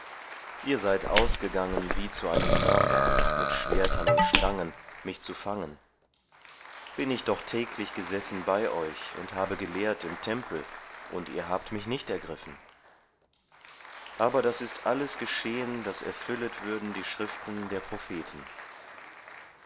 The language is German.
ihr seid ausgegangen wie zu einem mörder mit schwertern und stangen mich zu fangen bin ich doch täglich gesessen bei euch und habe gelehrt im tempel und ihr habt mich nicht gegriffen aber das ist alles geschehen daß erfüllet würden die schriften der propheten